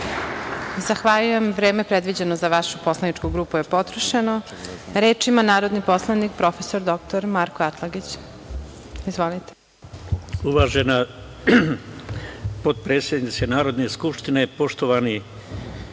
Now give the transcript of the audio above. Zahvaljujem. Vreme predviđeno za vašu poslaničku grupu je potrošeno. Reč ima narodni poslanik prof. dr Marko Atlagić. Izvolite. **Marko Atlagić** Uvažena potpredsednice Narodne skupštine, poštovani